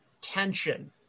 tension